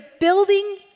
building